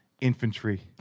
Infantry